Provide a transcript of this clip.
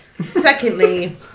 Secondly